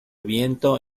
viento